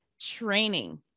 training